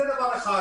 זה דבר אחד.